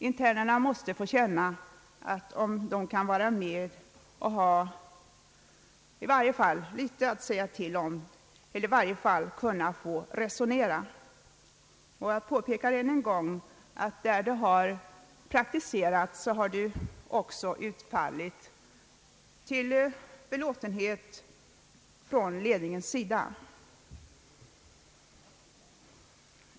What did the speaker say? Internerna måste känna att de kan få vara med och ha i varje fall litet att säga till om eller åtminstone få resonera. Jag påpekar än en gång att där detta praktiserats har det också utfallit till belåtenhet från ledningens sida.